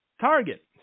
Target